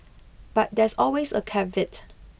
but there's always a caveat